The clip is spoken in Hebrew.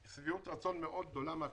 שביעות רצון מאוד גדולה מהפתרונות.